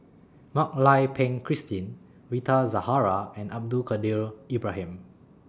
Mak Lai Peng Christine Rita Zahara and Abdul Kadir Ibrahim